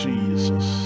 Jesus